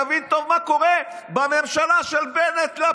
תבין טוב מה קורה בממשלה של בנט-לפיד-אלקין,